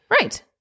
Right